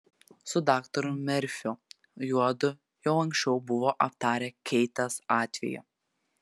su daktaru merfiu juodu jau anksčiau buvo aptarę keitės atvejį